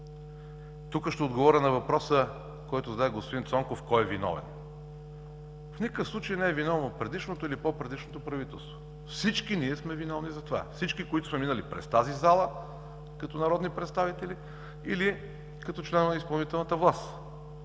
Тук ще отговоря на въпроса, който зададе господин Цонков – кой е виновен? В никакъв случай не е виновен предишното или по-предишното правителство. Всички ние сме виновни за това, всички които сме минали през тази зала като народни представители, или като членове на изпълнителната власт.